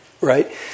Right